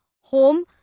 home